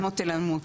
הנוטה למות.